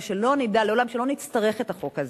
ושלא נדע לעולם, שלא נצטרך את החוק הזה.